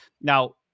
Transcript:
now